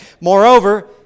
Moreover